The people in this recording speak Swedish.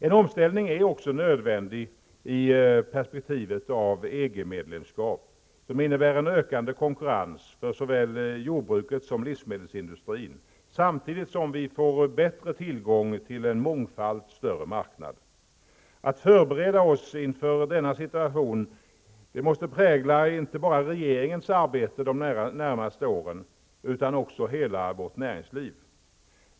En omställning är också nödvändig i perspektivet av ett EG-medlemskap, som innebär en ökande konkurrens för såväl jordbruket som livsmedelsindustrin samtidigt som vi får bättre tillgång till en mångfalt större marknad. Att förbereda oss inför denna situation måste prägla inte bara regeringens arbete de närmaste åren utan också hela vårt näringsliv.